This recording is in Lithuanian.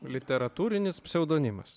literatūrinis pseudonimas